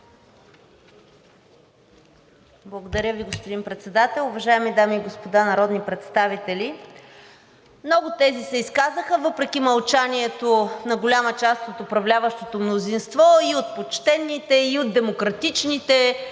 Благодаря Ви, господин Председател. Уважаеми дами и господа народни представители, много тези се изказаха, въпреки мълчанието на голяма част от управляващото мнозинство – и от почтените, и от демократичните,